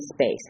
space